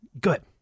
good